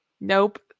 Nope